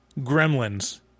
gremlins